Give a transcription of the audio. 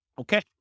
Okay